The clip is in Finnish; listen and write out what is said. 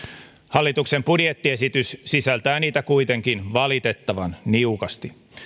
hallituksen budjettiesitys sisältää niitä kuitenkin valitettavan niukasti